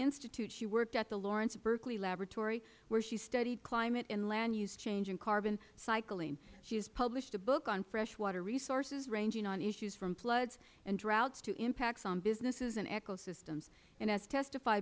institute she worked at the lawrence berkeley laboratory where she studied climate and land use change in carbon cycling she has published a book on freshwater resources ranging on issues from floods and droughts to impacts on businesses and ecosystems and has testif